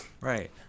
Right